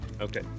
Okay